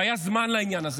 והיה זמן לעניין הזה,